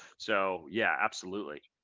so, yeah, absolutely.